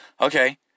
Okay